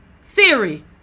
Siri